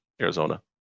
Arizona